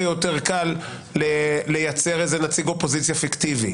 יותר קל לייצר איזה נציג אופוזיציה פיקטיבי